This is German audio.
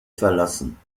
verlassen